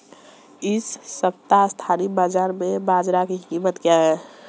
इस सप्ताह स्थानीय बाज़ार में बाजरा की कीमत क्या है?